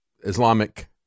Islamic